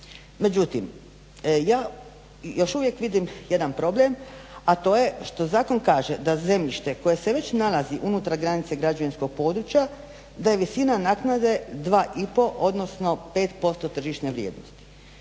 Međutim ja još uvijek vidim jedan problem a to je što zakon kaže da zemljište koje se već nalazi unutar granice građevinskog područja da je visina naknade 2,5 odnosno 5% tržišne vrijednosti.